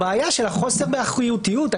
הבעיה של החוסר באחריותיות,